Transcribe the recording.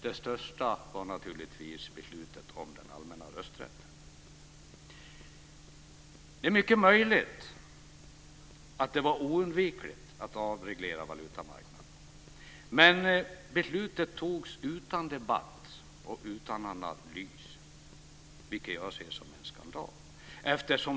Det största var naturligtvis beslutet om den allmänna rösträtten. Det är mycket möjligt att det var oundvikligt att avreglera valutamarknaden, men beslutet fattades utan debatt och utan analys, vilket jag ser som en skandal.